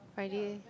Friday